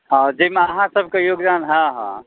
हॅं जाहिमे अहाँसब के योगदान हॅं हॅं